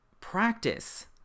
practice